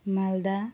Malda